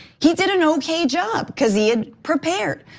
he did an okay job cuz he had prepared.